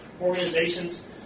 organizations